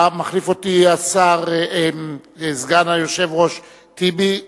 מחליף אותי סגן היושב-ראש טיבי.